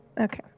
okay